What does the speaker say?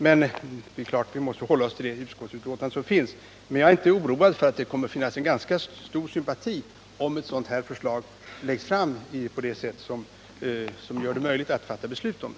Det är klart att vi nu måste hålla oss till det utskottsbetänkande som finns, men jag tror att det skulle finnas ganska stor sympati för ett förslag som gör det möjligt att fatta ett positivt beslut på den här punkten.